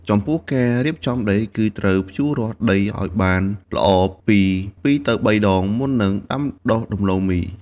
ចំពោះការរៀបចំដី គឺត្រូវភ្ជួររាស់ដីឱ្យបានល្អពី ២ ទៅ ៣ ដង មុននឹងដាំដុះដំឡូងមី។